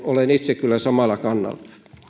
olen itse kyllä samalla kannalla